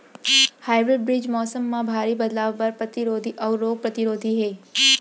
hybrid बीज मौसम मा भारी बदलाव बर परतिरोधी अऊ रोग परतिरोधी हे